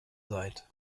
seid